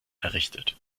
errichtet